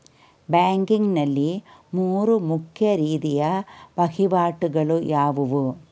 Banking ನಲ್ಲಿ ಮೂರು ಮುಖ್ಯ ರೀತಿಯ ವಹಿವಾಟುಗಳು ಯಾವುವು?